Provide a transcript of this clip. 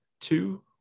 two